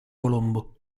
colombo